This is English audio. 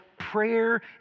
Prayer